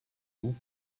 you